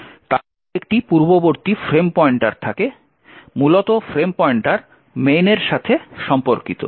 তারপরে একটি পূর্ববর্তী ফ্রেম পয়েন্টার থাকে মূলত ফ্রেম পয়েন্টার main এর সাথে সম্পর্কিত